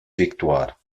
victoires